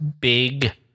big